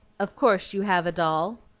of course you have a doll?